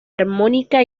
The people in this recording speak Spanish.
armónica